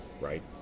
right